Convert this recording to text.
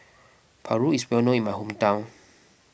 Paru is well known in my hometown